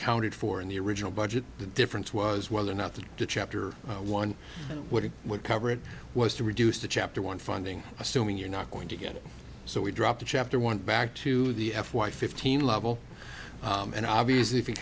accounted for in the original budget the difference was whether or not the chapter one and what it would cover it was to reduce to chapter one funding assuming you're not going to get it so we drop the chapter one back to the f y fifteen level and obviously if it